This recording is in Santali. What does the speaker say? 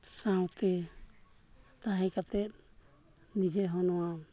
ᱥᱟᱶᱛᱮ ᱛᱟᱦᱮᱸ ᱠᱟᱛᱮᱫ ᱱᱤᱡᱮ ᱦᱚᱸ ᱱᱚᱣᱟ